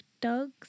dogs